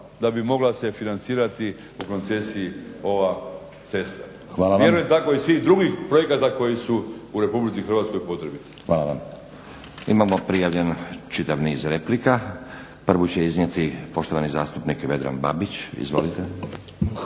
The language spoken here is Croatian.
da bi mogla se financirati u koncesiji ova cesta. Vjerujem tako i svih drugih projekata koji su Republici Hrvatskoj potrebiti. **Stazić, Nenad (SDP)** Hvala vam. Imamo prijavljen čitav niz replika. Prvu će iznijeti poštovani zastupnik Vedran Babić. Izvolite.